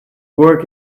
work